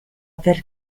aver